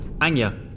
Anya